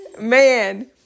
man